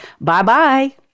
Bye-bye